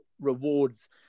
rewards